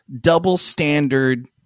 double-standard